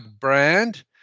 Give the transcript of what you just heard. brand